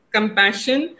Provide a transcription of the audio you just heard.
Compassion